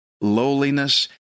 lowliness